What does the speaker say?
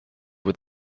with